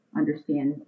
understand